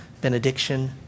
benediction